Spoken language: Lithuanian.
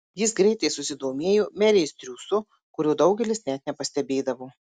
jis greitai susidomėjo merės triūsu kurio daugelis net nepastebėdavo